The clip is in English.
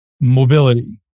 mobility